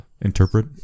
interpret